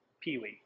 Peewee